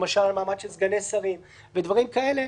למשל מעמד של סגני שרים ודברים כאלה,